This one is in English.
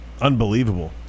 Unbelievable